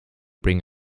bring